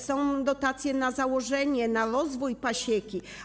Są dotacje na założenie, na rozwój pasieki.